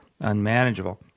unmanageable